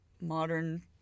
modern